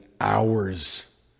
hours